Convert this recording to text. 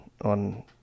on